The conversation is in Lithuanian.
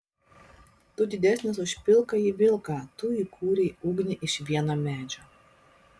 tu didesnis už pilkąjį vilką tu įkūrei ugnį iš vieno medžio